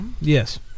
Yes